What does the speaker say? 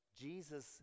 Jesus